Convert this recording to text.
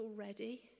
already